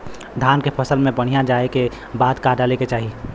धान के फ़सल मे बाढ़ जाऐं के बाद का डाले के चाही?